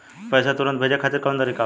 पैसे तुरंत भेजे खातिर कौन तरीका बा?